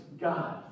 God